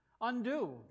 Undo